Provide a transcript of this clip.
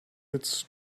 its